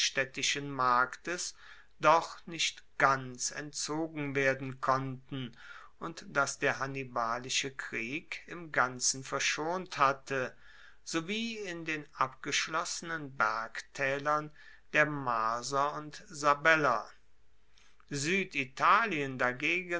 marktes doch nicht ganz entzogen werden konnten und das der hannibalische krieg im ganzen verschont hatte sowie in den abgeschlossenen bergtaelern der marser und sabeller